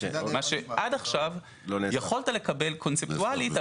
מה שעד עכשיו יכולת לקבל קונספטואלית,